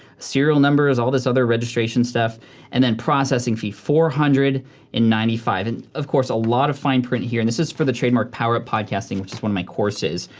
serial numbers, all this other registration stuff and then processing fee four hundred and ninety five dollars and of course a lot of fine print here. and this is for the trademark power-up podcasting which is one of my courses.